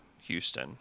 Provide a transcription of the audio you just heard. Houston